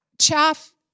chaff